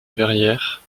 verrières